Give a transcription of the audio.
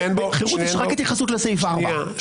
בפסק דין חרות יש רק התייחסות לסעיף 4. שנייה.